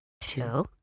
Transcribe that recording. two